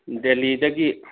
ꯗꯦꯜꯂꯤꯗꯒꯤ